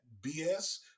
BS